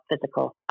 physical